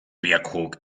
bierkrug